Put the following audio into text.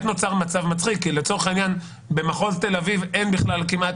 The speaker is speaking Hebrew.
נוצר מצב מצחיק כי לצורך העניין במחוז תל אביב יש בסך